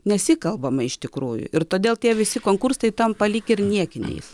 nesikalbama iš tikrųjų ir todėl tie visi konkursai tampa lyg ir niekiniais